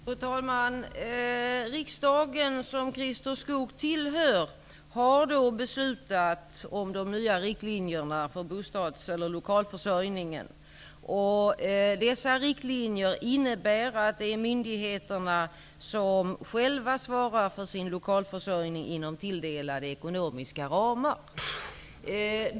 Fru talman! Riksdagen, som Christer Skoog tillhör, har beslutat om de nya riktlinjerna för lokalförsörjningen. Dessa riktlinjer innebär att det är myndigheterna som själva svarar för sin lokalförsörjning inom tilldelade ekonomiska ramar.